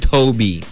Toby